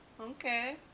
Okay